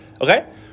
okay